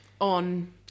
On